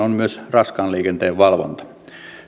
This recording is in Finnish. on myös raskaan liikenteen valvonta